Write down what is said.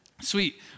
sweet